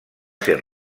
ser